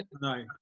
No